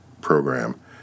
program